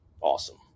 awesome